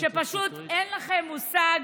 שפשוט אין לכם מושג